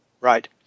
Right